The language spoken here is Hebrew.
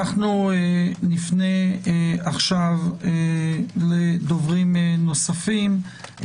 אנחנו נפנה עכשיו לדוברים נוספים,